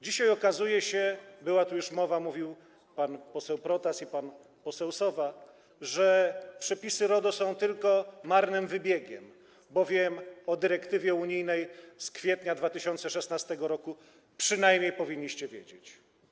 Dzisiaj okazuje się - o tym była tu już mowa, mówili pan poseł Protas i pan poseł Sowa - że przepisy RODO są tylko marnym wybiegiem, bowiem o dyrektywie unijnej z kwietnia 2016 r. przynajmniej powinniście wiedzieć.